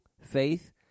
faith